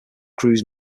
cruise